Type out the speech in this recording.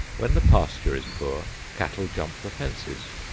when the pasture is poor cattle jump the fences.